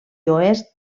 oest